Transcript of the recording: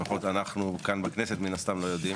לפחות אנחנו כאן בכנסת מן הסתם לא יודעים,